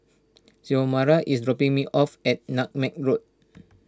Xiomara is dropping me off at Nutmeg Road